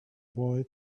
boy